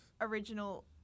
original